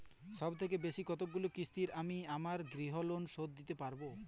সবথেকে বেশী কতগুলো কিস্তিতে আমি আমার গৃহলোন শোধ দিতে পারব?